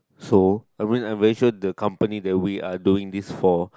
so I mean I'm very sure the company that we are doing this for